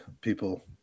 people